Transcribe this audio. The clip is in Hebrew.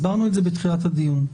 בתחילת הדיון.